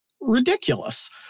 ridiculous